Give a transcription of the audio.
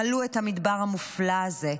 מלאו את המדבר המופלא הזה.